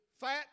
fat